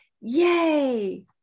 yay